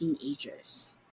teenagers